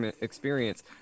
experience